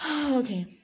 Okay